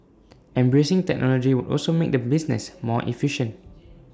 embracing technology would also make the business more efficient